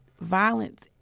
violence